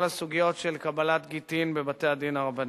הסוגיות של קבלת גטין בבתי-הדין הרבניים.